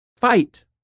Fight